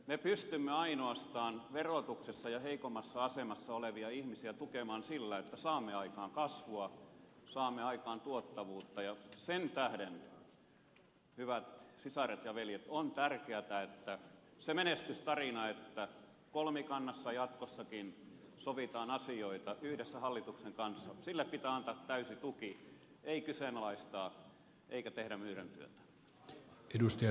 me pystymme ainoastaan verotuksessa heikommassa asemassa olevia ihmisiä tukemaan sillä että saamme aikaan kasvua saamme aikaan tuottavuutta ja sen tähden hyvät sisaret ja veljet on tärkeätä että sille menestystarinalle että kolmikannassa jatkossakin sovitaan asioita yhdessä hallituksen kanssa pitää antaa täysi tuki ei kyseenalaistaa eikä tehdä myyräntyötä